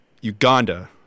Uganda